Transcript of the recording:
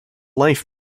life